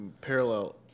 parallel